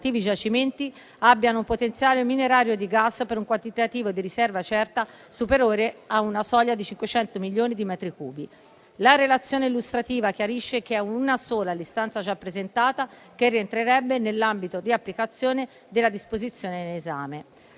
giacimenti abbiano un potenziale minerario di gas per un quantitativo di riserva certa superiore a una soglia di 500 milioni di metri cubi. La relazione illustrativa chiarisce che è una sola l'istanza già presentata che rientrerebbe nell'ambito di applicazione della disposizione in esame.